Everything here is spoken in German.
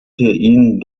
ihn